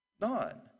None